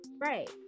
Right